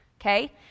okay